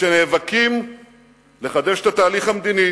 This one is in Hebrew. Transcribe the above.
כשנאבקים לחדש את התהליך המדיני